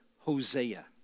Hosea